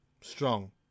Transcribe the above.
Strong